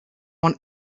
want